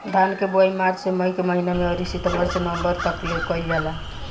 धान के बोआई मार्च से मई के महीना में अउरी सितंबर से नवंबर तकले कईल जाला